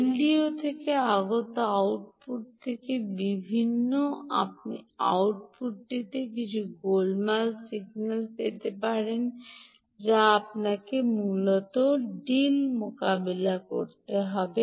LDO থেকে আগত output থেকে ভিন্ন আপনি আউটপুটটিতে কিছুটা গোলমাল সিগন্যাল পেতে পারেন যা আপনাকে মূলত ডিল মোকাবেলা করতে হবে